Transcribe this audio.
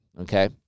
okay